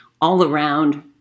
all-around